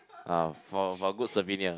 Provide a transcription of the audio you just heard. uh for for good souvenir